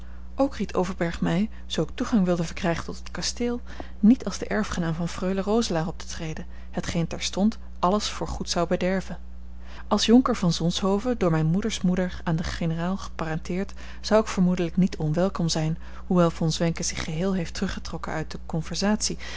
ook ried overberg mij zoo ik toegang wilde verkrijgen tot het kasteel niet als de erfgenaam van freule roselaer op te treden hetgeen terstond alles voor goed zou bederven als jonker van zonshoven door mijn moeders moeder aan den generaal geparenteerd zou ik vermoedelijk niet onwelkom zijn hoewel von zwenken zich geheel heeft teruggetrokken uit de conversatie